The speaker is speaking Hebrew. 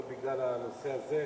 לא בגלל הנושא הזה.